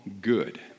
good